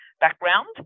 background